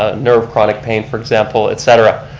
ah nerve chronic pain, for example, et cetera.